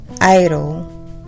idol